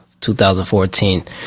2014